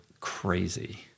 crazy